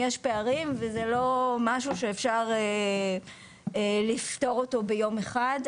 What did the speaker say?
יש פערים וזה לא משהו שאפשר לפתור ביום אחד.